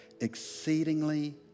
Exceedingly